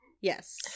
Yes